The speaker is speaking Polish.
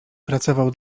pracował